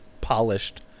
polished